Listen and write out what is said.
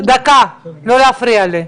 ולא פתרון אחר,